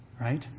Right